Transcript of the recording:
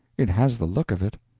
it has the look of it.